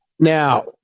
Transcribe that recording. Now